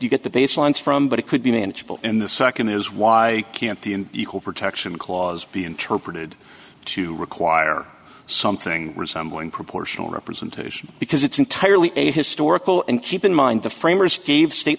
to get the baselines from but it could be manageable and the second is why can't the equal protection clause be interpreted to require something resembling proportional representation because it's entirely a historical and keep in mind the framers gave state